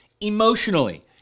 emotionally